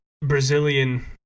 Brazilian